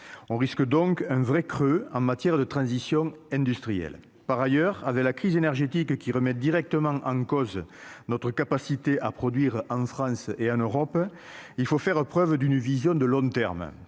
on risque donc un vrai creux en matière de transition industrielle par ailleurs avec la crise énergétique qui remet directement en cause notre capacité à produire en France et en Europe, il faut faire preuve d'une vision de long terme